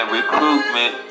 recruitment